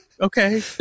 okay